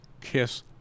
kiss